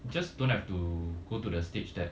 just don't have to go to the stage that